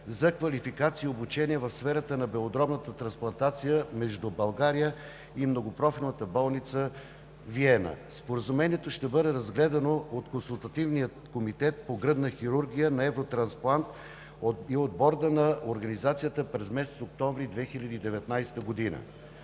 за квалификация и обучение в сферата на белодробната трансплантация между България и Многопрофилната болница – Виена. Споразумението ще бъде разгледано от Консултативния комитет по гръдна хирургия на „Евротрансплант“ и от Борда на организацията през месец октомври 2019 г.